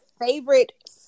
favorite